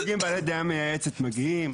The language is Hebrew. נציגים בעלי דעה מייעצת מגיעים.